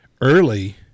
early